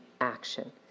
action